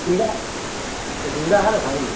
زندہ زندہ ہے نا بھائی